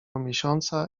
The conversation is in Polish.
miesiąca